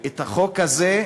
את החוק הזה,